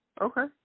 Okay